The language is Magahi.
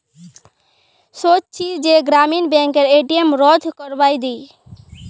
सोच छि जे ग्रामीण बैंकेर ए.टी.एम रद्द करवइ दी